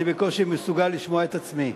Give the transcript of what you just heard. אני בקושי מסוגל לשמוע את עצמי.